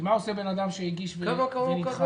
כי מה עושה בן-אדם שהגיש ונדחה?